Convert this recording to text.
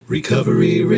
Recovery